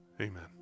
Amen